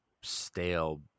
stale